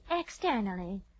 externally